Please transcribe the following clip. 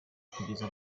kugeza